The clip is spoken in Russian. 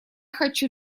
хочу